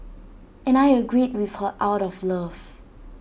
and I agreed with her out of love